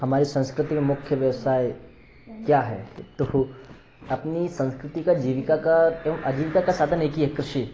हमारी संस्कृति में मुख्य व्यवसाय क्या है तो अपनी संस्कृति का जीविका का आजीविका का साधन एक ही है कृषि